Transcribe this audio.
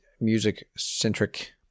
music-centric